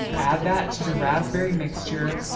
add that to the raspberry mixture.